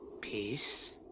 Peace